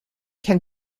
can